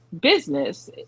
business